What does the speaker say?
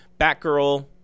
Batgirl